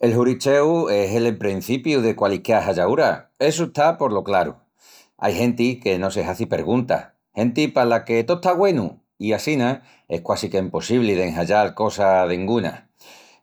El huricheu es el emprencipiu de qualisquiá hallaúra, essu está polo craru. Ai genti que no se hazi perguntas, genti pala que tó está güenu i assina es quasi qu'empossibli d'enhallal cosa denguna.